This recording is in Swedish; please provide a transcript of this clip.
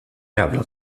jävla